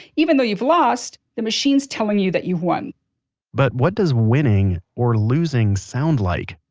even though you've lost, the machine's telling you that you've won but what does winning, or losing sound like?